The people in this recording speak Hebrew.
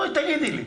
תגידי לי.